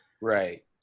right